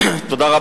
בבקשה, אדוני.